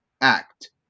act